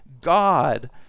God